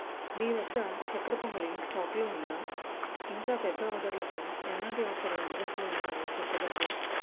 మీ వద్ద చక్కర పొంగలి స్టాక్లో ఉందా ఇంకా పెద్ద ఆర్డర్లకు ఎలాంటి ఆఫర్లు అందుబాటులో ఉన్నాయో చెప్పగలరా